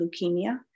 leukemia